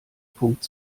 punkt